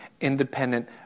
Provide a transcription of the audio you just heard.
independent